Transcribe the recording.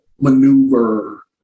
maneuver